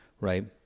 right